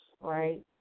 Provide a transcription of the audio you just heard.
right